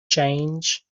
change